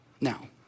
Now